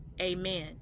amen